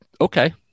Okay